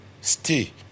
stay